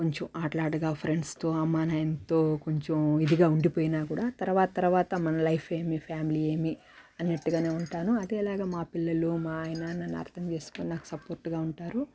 కొంచం ఆట్లాడడం ఫ్రెండ్స్తో అమ్మా నాయనతో కొంచం ఇదిగా ఉండిపోయినా కూడా తర్వాత తర్వాత మన లైఫ్ ఏమి మన ఫ్యామిలీ ఏమి అనేట్టుగానే ఉంటాను అదేలాగా మా పిల్లలు మా ఆయన నన్ను అర్థం చేసుకొని నాకు సపోర్ట్గా ఉంటారు